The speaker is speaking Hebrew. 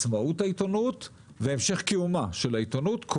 מדובר בעצמאות העיתונות והמשך קיומה של העיתונות,